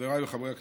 חבריי חברי הכנסת,